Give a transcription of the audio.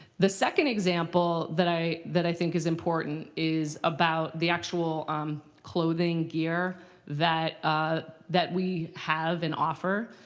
the second example that i that i think is important is about the actual um clothing gear that ah that we have and offer.